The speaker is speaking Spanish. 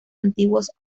antiguos